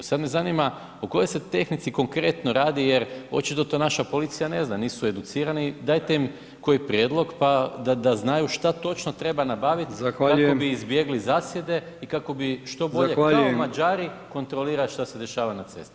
Sad me zanima o kojoj se tehnici konkretno radi jer očito to naša policija ne zna, nisu educirani, dajte im koji prijedlog, pa da znaju šta točno treba nabaviti [[Upadica: Zahvaljujem.]] kako bi izbjegli zasjede i kako bi što bolje [[Upadica: Zahvaljujem.]] kao Mađari kontrolirali šta se dešava na cesti.